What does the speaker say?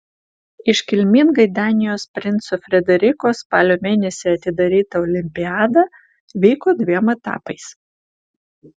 iškilmingai danijos princo frederiko spalio mėnesį atidaryta olimpiada vyko dviem etapais